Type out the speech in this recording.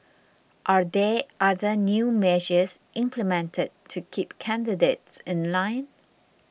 are there other new measures implemented to keep candidates in line